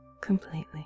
completely